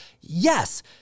Yes